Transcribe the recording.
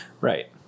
Right